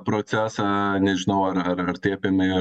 procesą nežinau ar ar ar tai apėmė